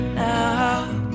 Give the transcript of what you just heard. now